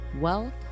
wealth